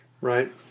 Right